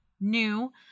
new